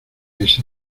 ese